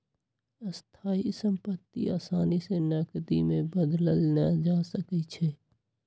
स्थाइ सम्पति असानी से नकदी में बदलल न जा सकइ छै